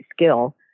skill